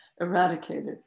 eradicated